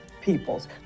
peoples